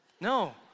No